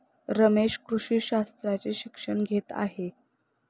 रमेश कृषी शास्त्राचे शिक्षण घेत आहे